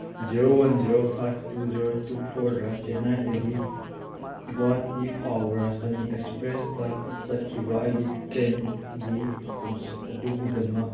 zero one zero five two zero two ꯐꯣꯔꯗ ꯆꯦꯅꯥꯏꯗꯒꯤ ꯒꯨꯍꯥꯇꯤ ꯐꯥꯎꯕ ꯔꯥꯁꯙꯥꯅꯤ ꯑꯦꯛꯁꯄ꯭ꯔꯦꯁꯇ ꯆꯠꯈꯤꯕ ꯑꯩꯒꯤ ꯇ꯭ꯔꯦꯟꯒꯤ ꯈꯣꯡꯆꯠ ꯑꯗꯨꯒꯤꯗꯃꯛ